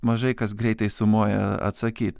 mažai kas greitai sumoja atsakyt